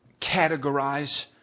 categorize